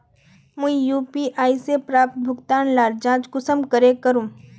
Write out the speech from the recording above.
मुई यु.पी.आई से प्राप्त भुगतान लार जाँच कुंसम करे करूम?